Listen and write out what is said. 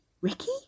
Ricky